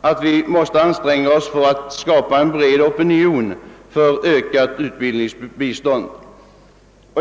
att vi måste anstränga oss för att skapa en bred opinion för ökat utveck lingsbistånd.